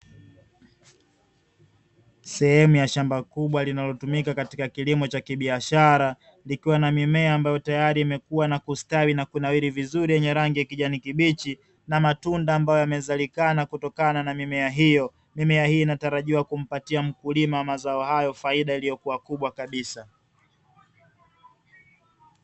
Sehemu ya shamba kubwa linalotumika katika kilimo cha kibiashara ikiwa na mimea ambayo tayari imekuwa na kustawi na kunawiri vizuri yenye rangi ya kijani kibichi na matunda ambayo yamezaliana kutokana na mimea hiyo. Mimea hii inatarajiwa kumpatia mkulima wa mazao hayo faida iliyokuwa kubwa kabisa.